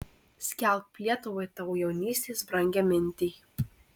skelbk lietuvai tavo jaunystės brangią mintį